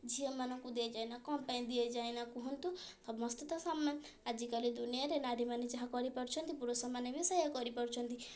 ଝିଅମାନଙ୍କୁ ଦିଆଯାଏନା କ'ଣ ପାଇଁ ଦିଆଯାଏନା କୁହନ୍ତୁ ସମସ୍ତେ ତ ସମାନ ଆଜିକାଲି ଦୁନିଆରେ ନାରୀମାନେ ଯାହା କରିପାରୁଛନ୍ତି ପୁରୁଷମାନେ ବି ସେଇଆ କରିପାରୁଛନ୍ତି